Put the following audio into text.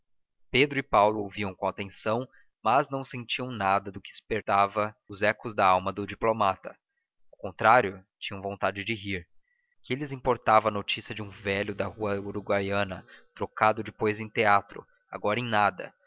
pedro e paulo ouviam com atenção mas não sentiam nada do que espertava os ecos na alma do diplomata ao contrário tinham vontade de rir que lhes importava a notícia de um velho café da rua uruguaiana trocado depois em teatro agora em nada